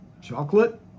chocolate